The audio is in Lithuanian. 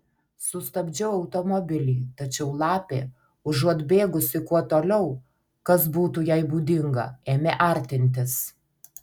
sustabdžiau automobilį tačiau lapė užuot bėgusi kuo toliau kas būtų jai būdinga ėmė artintis